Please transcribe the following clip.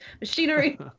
machinery